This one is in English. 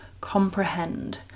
comprehend